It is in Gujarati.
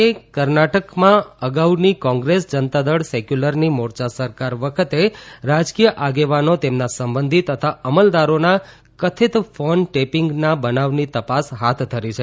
એ કર્ણાટકમાં અગાઉની કોંગ્રેસ જનતાદળ સેક્યુલરની મોરચા સરકાર વખતે રાજકીય આગેવાનો તેમના સંબંધી તથા અમલદારોના કથિત ફોન ટેપીંગના બનાવની તપાસ હાથ ધરી છે